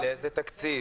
לאיזה תקציב?